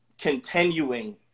continuing